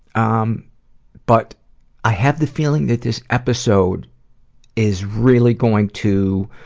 um but i have the feeling that this episode is really going to,